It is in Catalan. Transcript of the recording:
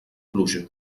pluja